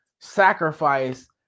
sacrifice